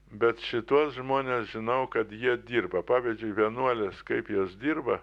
bet šituos žmones žinau kad jie dirba pavyzdžiui vienuolės kaip jos dirba